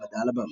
לבדה על הבמה.